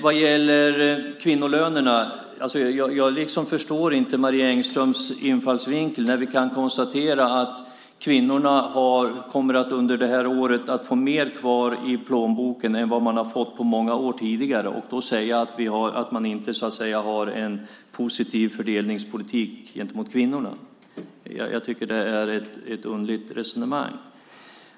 Vad gäller kvinnolönerna förstår jag inte Marie Engströms infallsvinkel. Vi kan konstatera att kvinnorna under det här året kommer att få mer kvar i plånboken än på många år. Hur kan man då säga att vi inte har en positiv fördelningspolitik gentemot kvinnorna? Jag tycker att det är ett underligt resonemang.